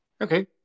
Okay